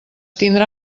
tindrà